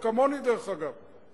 כמוני, דרך אגב.